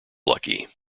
lucky